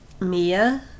Mia